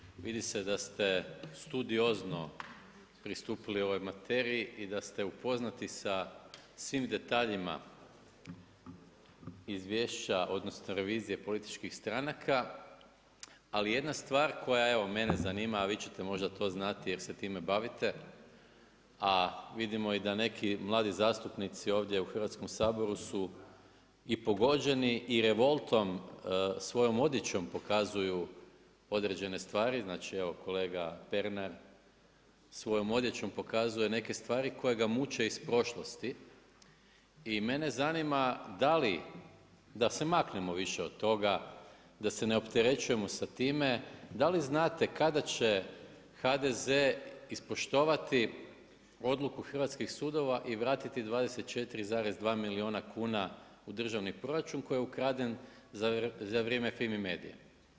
Gospodin Borić, vidi se da se studiozno pristupili ovoj materiji i da ste upoznati sa svim detaljima izvješća odnosno revizije političkih stranaka ali jedna stvar koja evo mene zanima a vi ćete možda to znati jer se time bavite, a vidimo i da neki mladi zastupnici ovdje u Hrvatskom saboru su i pogođeni i revoltom, svojom odjećom pokazuju određene stvari, znači evo kolega Pernar svojom odjećom neke stvari koje ga muče iz prošlosti i mene zanima da li, da se maknemo više od toga, da se ne opterećujemo sa time, da li znate kada će HDZ ispoštovati odluku hrvatskih sudova i vratiti 24,2 milijuna kuna u državni proračun koji je ukraden za vrijeme Fini medije?